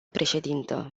președintă